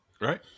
Right